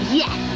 yes